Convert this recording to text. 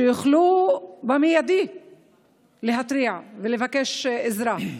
שיוכלו במיידי להתריע ולבקש עזרה?